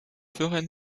ferait